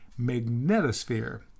magnetosphere